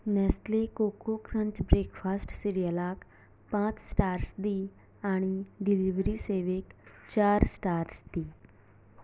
Nestle Koko Krunch breakfast सेरियलाक पांच stars दी आनी डिलिव्हरी सेवेक चार स्टार्स दी